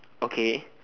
okay